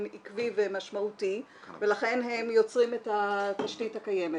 עקבי ומשמעותי ולכן הם יוצרים את התשתית הקיימת.